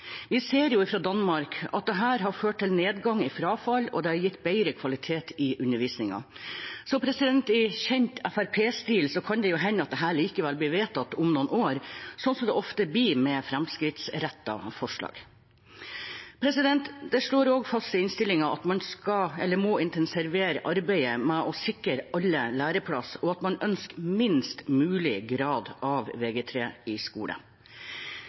Vi ser jo fra Danmark at dette har ført til nedgang i frafall, og det har gitt bedre kvalitet i undervisningen. Så i kjent FrP-stil kan det jo hende dette likevel blir vedtatt om noen år, slik det ofte er med fremskrittsrettede forslag Det slås også fast i innstillingen at man må intensivere arbeidet med å sikre alle læreplass, og at man ønsker minst mulig grad av vg3 i skole.